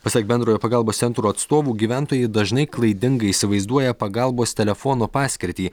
pasak bendrojo pagalbos centro atstovų gyventojai dažnai klaidingai įsivaizduoja pagalbos telefono paskirtį